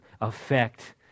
affect